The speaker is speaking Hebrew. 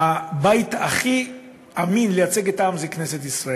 הבית הכי אמין לייצג את העם הוא כנסת ישראל.